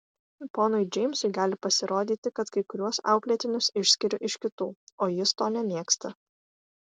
ponui džeimsui gali pasirodyti kad kai kuriuos auklėtinius išskiriu iš kitų o jis to nemėgsta